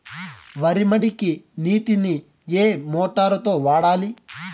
వరి మడికి నీటిని ఏ మోటారు తో వాడాలి?